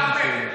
אחמד?